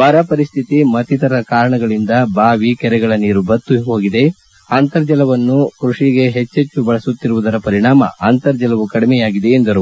ಬರ ಪರಿಸ್ಥಿತಿ ಮತ್ತಿತರ ಕಾರಣಗಳಿಂದ ಬಾವಿ ಕೆರೆಗಳ ನೀರು ಬತ್ತಿ ಹೋಗಿದೆ ಅಂತರ್ಜಲವನ್ನು ಕೃಷಿಗೆ ಹೆಚ್ಚಿಚ್ಚು ಬಳಸುತ್ತಿರುವುದರ ಪರಿಣಾಮ ಅಂತರ್ಜಲವೂ ಕಡಿಮೆಯಾಗಿದೆ ಎಂದರು